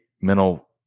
mental